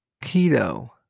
Keto